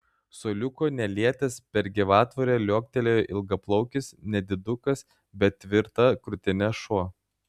suoliuko nelietęs per gyvatvorę liuoktelėjo ilgaplaukis nedidukas bet tvirta krūtine šuo